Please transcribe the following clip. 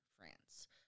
France